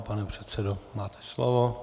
Pane předsedo, máte slovo.